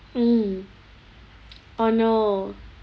mm oh no